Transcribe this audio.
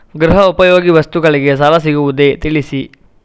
ಗೃಹ ಉಪಯೋಗಿ ವಸ್ತುಗಳಿಗೆ ಸಾಲ ಸಿಗುವುದೇ ತಿಳಿಸಿ?